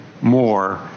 more